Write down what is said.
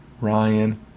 Ryan